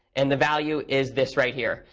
and the value is this right here.